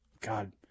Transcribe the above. God